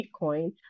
bitcoin